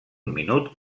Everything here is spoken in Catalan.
minut